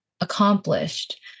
accomplished